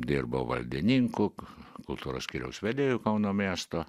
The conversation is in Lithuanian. dirbau valdininku kultūros skyriaus vedėju kauno miesto